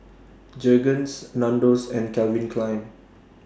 Jergens Nandos and Calvin Klein